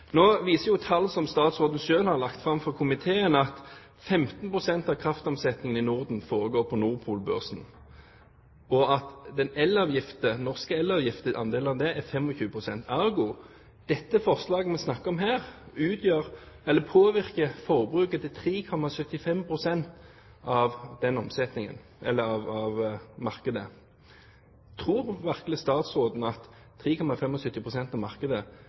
Nå viser jo tall som statsråden selv har lagt fram for komiteen, at 15 pst. av kraftomsetningen i Norden foregår på Nord Pool-børsen, og at andelen av den norske elavgiften er 25 pst. Ergo: Det forslaget vi snakker om her, påvirker forbruket til 3,75 pst. av markedet. Tror virkelig statsråden at 3,75 pst. av markedet